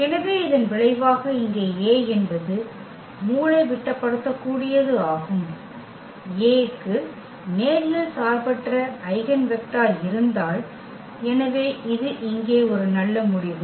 எனவே இதன் விளைவாக இங்கே A என்பது மூலைவிட்டப்படுத்தக்கூடியது ஆகும் A க்கு நேரியல் சார்பற்ற ஐகென் வெக்டர் இருந்தால் எனவே இது இங்கே ஒரு நல்ல முடிவு